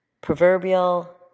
proverbial